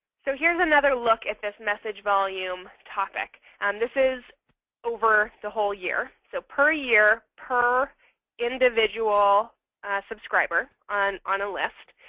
so here's another look at this message volume topic. and this is over the whole year. so per year per individual subscriber on on a list.